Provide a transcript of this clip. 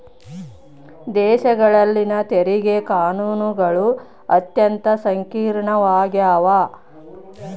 ದೇಶಗಳಲ್ಲಿನ ತೆರಿಗೆ ಕಾನೂನುಗಳು ಅತ್ಯಂತ ಸಂಕೀರ್ಣವಾಗ್ಯವ